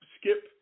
Skip